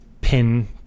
pin